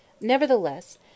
Nevertheless